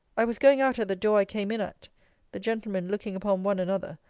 i was going out at the door i came in at the gentlemen looking upon one another,